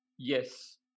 yes